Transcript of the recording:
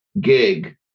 gig